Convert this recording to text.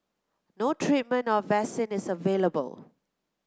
no treatment or vaccine is available